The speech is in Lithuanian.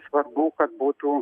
svarbu kad būtų